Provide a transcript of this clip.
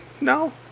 no